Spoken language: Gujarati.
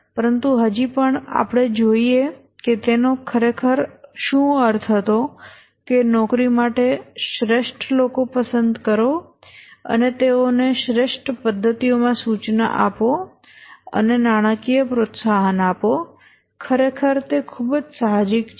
પરંતુ હજી પણ આપણે જોઈએ કે તેનો ખરેખર શું અર્થ હતો કે નોકરી માટે શ્રેષ્ઠ લોકો પસંદ કરો તેઓને શ્રેષ્ઠ પદ્ધતિઓમાં સૂચના આપો અને નાણાકીય પ્રોત્સાહન આપો ખરેખર તે ખૂબ સાહજિક છે